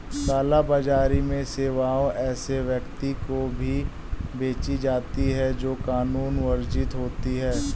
काला बाजारी में सेवाएं ऐसे व्यक्ति को भी बेची जाती है, जो कानूनन वर्जित होता हो